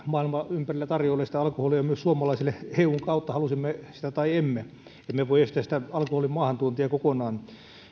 ympärillä tarjoilee sitä alkoholia myös suomalaisille eun kautta halusimme sitä tai emme emme voi estää sitä alkoholin maahantuontia kokonaan